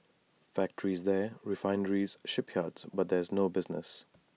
factories there refineries shipyards but there's no business